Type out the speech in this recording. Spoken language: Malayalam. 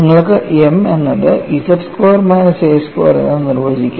നിങ്ങൾക്ക് m എന്നത് z square minus a square എന്ന് നിർവചിക്കാം